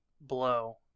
Blow